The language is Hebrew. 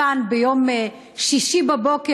פאן ביום שישי בבוקר,